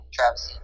Travis